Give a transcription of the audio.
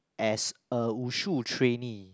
as a Wushu trainee